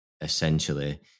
essentially